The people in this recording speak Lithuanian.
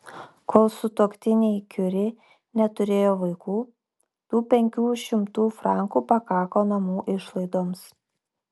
kol sutuoktiniai kiuri neturėjo vaikų tų penkių šimtų frankų pakako namų išlaidoms